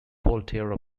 voltaire